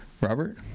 Robert